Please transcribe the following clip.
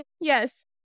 yes